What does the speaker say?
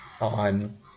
on